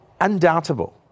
undoubtable